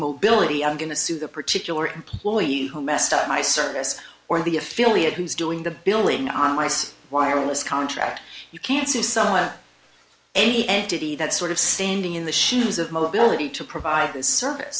mobility i'm going to sue the particular employee who messed up my service or the affiliate who's doing the billing on my side wireless contract you can't sue someone or any entity that sort of standing in the shoes of mobility to provide this serv